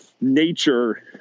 nature